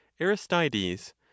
aristides